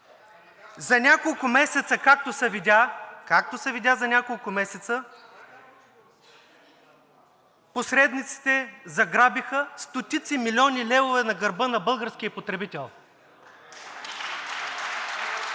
за няколко месеца посредниците заграбиха стотици милиони левове на гърба на българския потребител.